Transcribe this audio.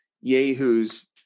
yahoos